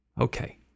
Okay